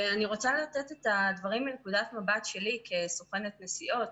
ואני רוצה לתת את הדברים מנקודת מבט שלי כסוכנת נסיעות,